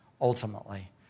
ultimately